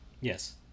Yes